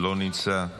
לא נמצא.